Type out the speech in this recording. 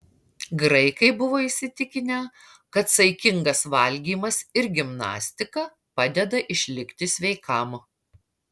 graikai buvo įsitikinę kad saikingas valgymas ir gimnastika padeda išlikti sveikam